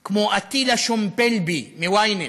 כמו אטילה שומפלבי מ-ynet,